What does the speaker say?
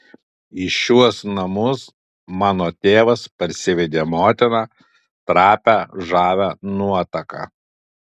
į šiuos namus mano tėvas parsivedė motiną trapią žavią nuotaką